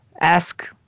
ask